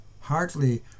Hardly